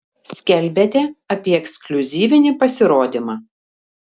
skelbiate apie ekskliuzyvinį pasirodymą